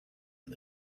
and